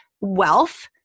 wealth